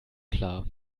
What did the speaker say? klar